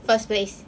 first place